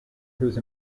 whose